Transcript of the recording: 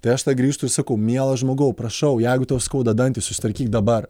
tai aš tada grįžtu ir sakau mielas žmogau prašau jeigu tau skauda dantį susitvarkyk dabar